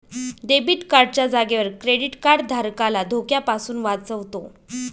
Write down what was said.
debit card च्या जागेवर credit card धारकाला धोक्यापासून वाचवतो